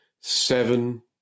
seven